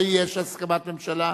ויש הסכמת ממשלה,